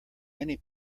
many